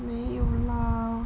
没有 lah